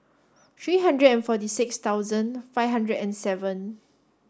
three hundred and forty six thousand five hundred and seven